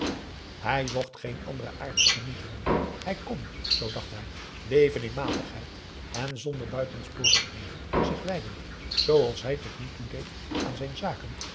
hij zocht geen andere aardsche genietingen hij kon zoo dacht hij leven in matigheid en zonder buitensporigheden zich wijdend zooals hij tot nu toe deed aan zijn zaken